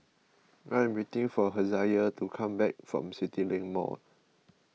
I am waiting for Hezekiah to come back from CityLink Mall